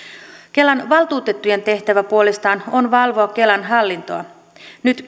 kelan valtuutettujen tehtävä puolestaan on valvoa kelan hallintoa nyt